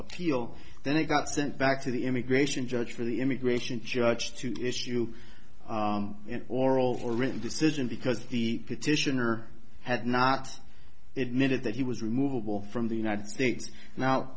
appeal then it got sent back to the immigration judge for the immigration judge to issue an oral or written decision because the petitioner had not yet minute that he was removable from the united states now